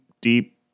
deep